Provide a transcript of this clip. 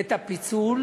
את הפיצול.